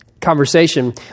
conversation